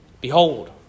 Behold